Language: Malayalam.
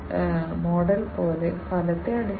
ഇവ അനലോഗ് അല്ലെങ്കിൽ ഡിജിറ്റൽ തരത്തിലാകാം